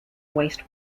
waste